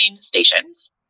stations